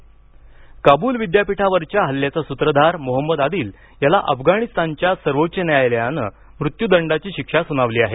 काबल हल्ला मत्यदंड काबूल विद्यापीठावरील हल्ल्याचा सूत्रधार मोहंमद आदिल याला अफगाणिस्तानच्या सर्वोच्च न्यायालयानं मृत्युदंडाची शिक्षा सुनावली आहे